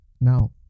Now